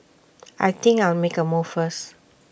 I think I'll make A move first